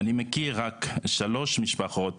אני מכיר רק 3 משפחות,